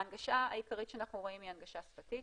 ההנגשה העיקרית שאנחנו רואים היא הנגשה שפתית,